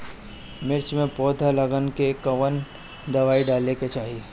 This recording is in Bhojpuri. मिर्च मे पौध गलन के कवन दवाई डाले के चाही?